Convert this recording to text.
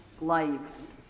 lives